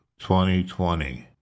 2020